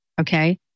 okay